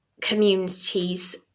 communities